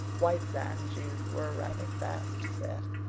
white sands youth were a rather fast set,